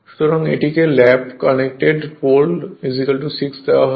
সুতরাং এটিকে lap connected pole 6 দেওয়া হয়েছে